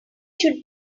should